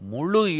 Mulu